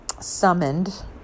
summoned